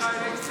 זה מקובל עליך?